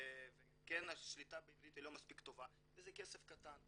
וכן שליטה בעברית לא מספיק טובה, וזה כסף קטן.